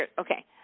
Okay